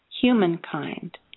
Humankind